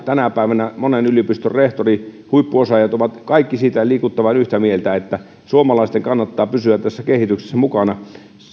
tänä päivänä monen yliopiston rehtorit huippuosaajat ovat kaikki liikuttavan yhtä mieltä siitä että suomalaisten kannattaa pysyä tässä kehityksessä mukana